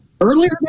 earlier